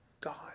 God